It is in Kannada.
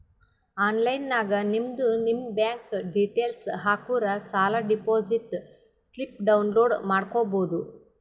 ಆನ್ಲೈನ್ ನಾಗ್ ನಿಮ್ದು ನಿಮ್ ಬ್ಯಾಂಕ್ ಡೀಟೇಲ್ಸ್ ಹಾಕುರ್ ಸಾಕ್ ಡೆಪೋಸಿಟ್ ಸ್ಲಿಪ್ ಡೌನ್ಲೋಡ್ ಮಾಡ್ಕೋಬೋದು